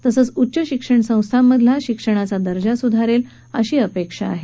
तसंच उच्च शिक्षण संस्थांमधला शिक्षणाचा दर्जाही सुधारेल अशी अपेक्षा आहे